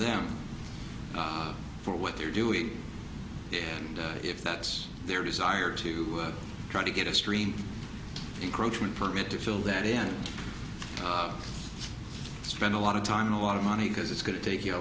them for what they're doing and if that's their desire to try to get a stream encroachment permit to fill that in spend a lot of time and a lot of money because it's going to take you a